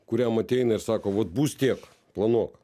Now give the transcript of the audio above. kuriam ateina ir sako vat bus tiek planuok